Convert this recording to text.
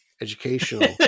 educational